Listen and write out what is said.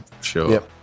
sure